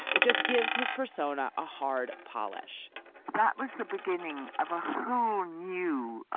it just gives his persona a hard polish that was the beginning of a new